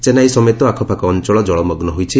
ଚେନ୍ନାଇ ସମେତ ଆଖପାଖ ଅଞ୍ଚଳ ଜଳମଗୁ ହୋଇଛି